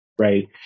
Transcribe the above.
Right